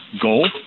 goal